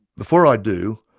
before i do,